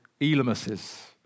elamuses